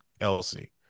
Elsie